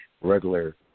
regular